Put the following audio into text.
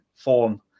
form